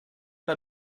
pas